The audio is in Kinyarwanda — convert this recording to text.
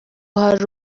hari